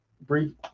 brief